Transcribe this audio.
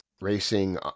racing